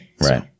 Right